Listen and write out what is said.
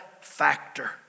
factor